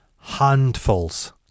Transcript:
Handfuls